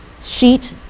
sheet